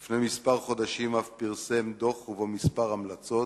ולפני כמה חודשים אף פרסם דוח ובו כמה המלצות.